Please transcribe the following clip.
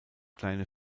kleine